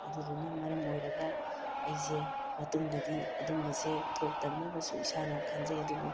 ꯑꯗꯨꯗꯨꯅ ꯃꯔꯝ ꯑꯣꯏꯔꯒ ꯑꯩꯁꯦ ꯃꯇꯨꯡꯗꯗꯤ ꯑꯗꯨꯝꯕꯁꯦ ꯊꯣꯛꯇꯅꯕꯁꯨ ꯏꯁꯥꯅ ꯈꯟꯖꯩ ꯑꯗꯨꯕꯨ